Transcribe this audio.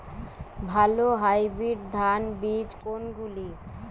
ভালো হাইব্রিড ধান বীজ কোনগুলি?